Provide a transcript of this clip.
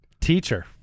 Teacher